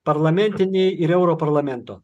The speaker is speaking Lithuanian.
parlamentiniai ir europarlamento